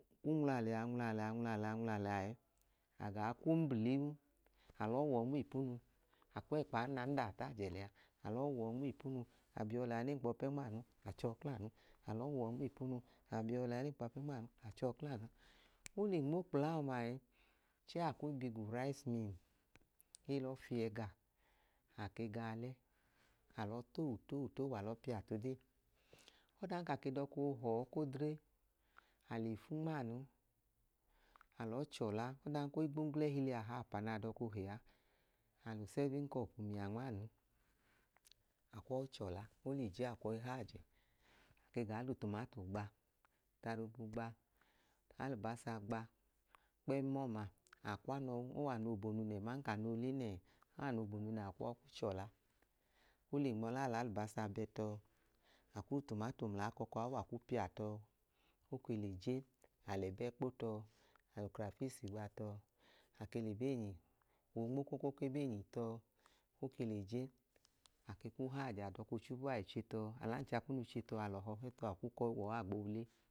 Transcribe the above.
Ku nwula lẹa nwula lẹa nwula lẹa nwula lẹa ẹẹ agaa kw'ombliwu alọ wọọ nm'iipunu akw'ẹkpaa nanda t'ajẹ lẹa alọ wọọ nm'ipunu abiọ laa nẹẹn'kpọ pẹ nmanu achọọ klanu, ole nmo kpla ọọmaẹ chẹẹ akuu bi gu rice mill, elọ fie gaa ake gaọle alọ toowu toowu toowu alọ pia t'odee, ọdan ka ke dọ k'ohọọ k'odre, ale fu nmaanu, alọọ chọla odan odan ko w'igbongl'ẹhili ahapa na dọko hea al'useven cọp miya nma anu akwọi chọla oleje akwọi haajẹ ake gaa l'utumato gba l'utalugu gba l'alibasa gba kpem ọọma akw'anọ ow'anobonu nẹẹ aman k'anole nẹẹ, ow'anobonu nẹẹ akwọ ku chọla ole nm'ola al'alibasa bẹtọọ, akw'utumato mla akọkọ awu aku pia tọ oke le je alẹbẹ kpotọọ alu cra fis gba tọọ ake l'ebeenyi oonmokoko k'ebeenyi tọọ oke le je ake ku haajẹ adọko chubu ai chetọọ alancha kunu che al'ọhọ hẹtọ ak'ukọi wọọ agboo le